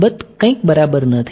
અલબત કંઇક બરાબર નથી